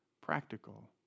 practical